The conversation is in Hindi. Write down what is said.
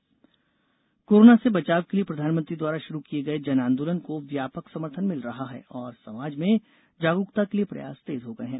जन आंदोलन अपील कोरोना से बचाव के लिए प्रधानमंत्री द्वारा शुरू किये गये जन आंदोलन को व्यापक समर्थन मिल रहा है और समाज में जागरूकता के लिए प्रयास तेज हो गये है